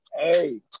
hey